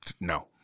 No